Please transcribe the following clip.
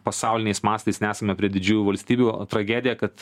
pasauliniais mastais nesame prie didžiųjų valstybių tragedija kad